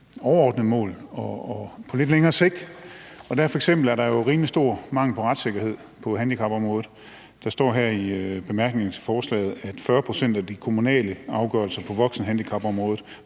overordnede mål og på lidt længere sigt. F.eks. er der jo en rimelig stor mangel på retssikkerhed på handicapområdet. Der står her i bemærkningerne til forslaget, at 40 pct. af de kommunale afgørelser på voksenhandicapområdet